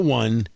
one